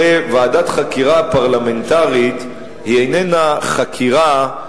הרי ועדת חקירה פרלמנטרית היא איננה חקירה,